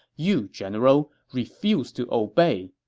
you, general, refuse to obey.